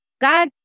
God